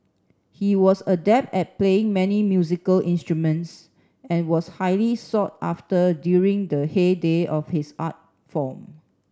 he was adept at playing many musical instruments and was highly sought after during the heyday of his art form